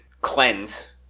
cleanse